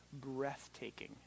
breathtaking